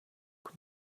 can